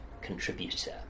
contributor